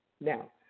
Now